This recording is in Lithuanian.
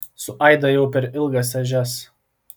su aida ėjau per ilgas ežias